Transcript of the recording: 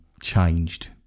changed